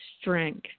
strength